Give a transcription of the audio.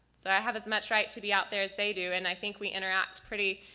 so i have as much right to be out there as they do and i think we interact pretty